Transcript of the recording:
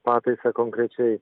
pataisą konkrečiai